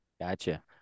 Gotcha